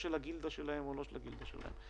של הגילדה שלהם או לא של הגילדה שלהם.